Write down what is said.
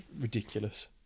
Ridiculous